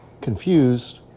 Confused